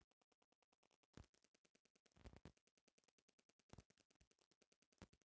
अउर एके पूरा बजट एकहतर हज़ार करोड़ के बाटे